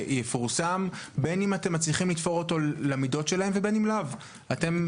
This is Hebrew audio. המטרות של כולנו בהגנת הסביבה ולוודא שהחברות האלה לא קורסות